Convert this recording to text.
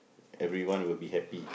everyone will be happy